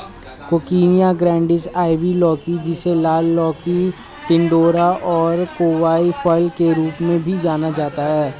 coccinia grandis, ivy लौकी, जिसे लाल लौकी, टिंडोरा और कोवाई फल के रूप में भी जाना जाता है